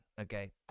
okay